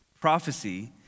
Prophecy